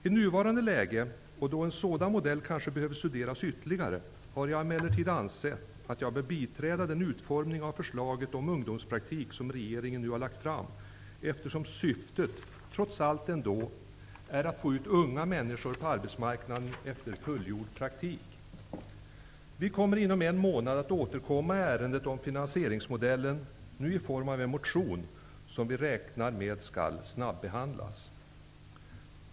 I nuvarande läge, och då en sådan modell kanske behöver studeras ytterligare, har jag emellertid ansett att jag bör biträda den utformning av förslaget om ungdomspraktik som regeringen nu har lagt fram, eftersom syftet trots allt är att få ut unga människor på arbetsmarknaden efter fullgjord praktik. Vi återkommer inom en månad i ärendet om finansieringsmodellen, nu i form av en motion, som vi räknar med skall snabbehandlas.